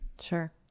sure